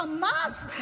חמאס,